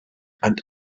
and